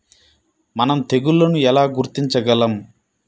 మనం తెగుళ్లను ఎలా గుర్తించగలం?